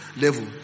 level